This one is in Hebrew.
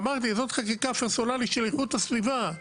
אמרתי זו חקיקה פרסונלית של איכות הסביבה.